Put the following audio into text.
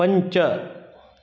पञ्च